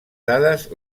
dades